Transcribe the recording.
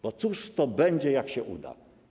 Bo cóż to będzie, jak się uda?